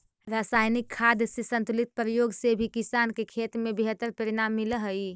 रसायनिक खाद के संतुलित प्रयोग से भी किसान के खेत में बेहतर परिणाम मिलऽ हई